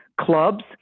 clubs